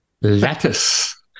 Lattice